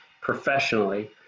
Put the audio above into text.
professionally